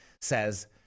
says